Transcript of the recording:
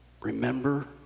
remember